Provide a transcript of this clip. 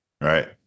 Right